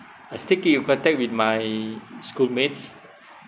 I still keep in contact with my schoolmates